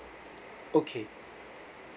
okay